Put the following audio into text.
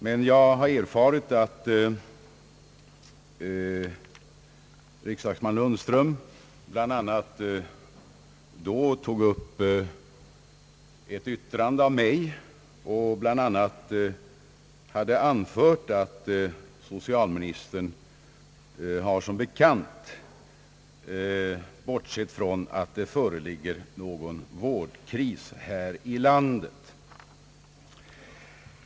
Men jag har erfarit att herr Lundström då tog upp ett yttrande av mig och bl.a. anförde att socialministern »som bekant har bortsett från att det föreligger någon vårdkris här i landet».